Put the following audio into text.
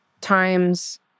times